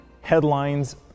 headlines